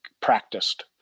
practiced